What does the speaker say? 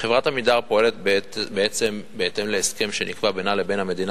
חברת "עמידר" פועלת בעצם בהתאם להסכם שנקבע בינה לבין המדינה